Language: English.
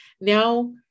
Now